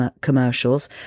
commercials